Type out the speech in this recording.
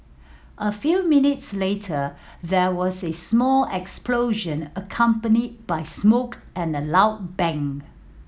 a few minutes later there was a small explosion accompanied by smoke and a loud bang